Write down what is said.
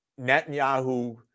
Netanyahu